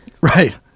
right